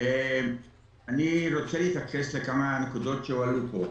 אני רוצה להתייחס לכמה נקודות שהועלו פה.